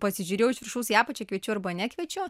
pasižiūrėjau iš viršaus į apačią kviečiu arba nekviečiau